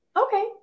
Okay